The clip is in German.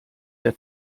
der